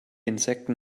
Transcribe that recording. insekten